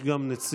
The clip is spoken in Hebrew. יש גם נציג